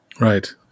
right